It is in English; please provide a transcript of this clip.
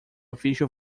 official